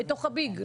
בתוך הביג,